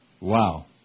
Wow